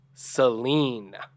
Celine